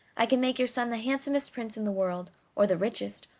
i can make your son the handsomest prince in the world, or the richest,